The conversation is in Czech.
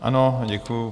Ano, děkuji.